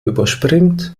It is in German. überspringt